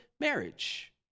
marriage